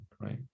right